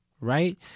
right